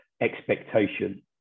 expectation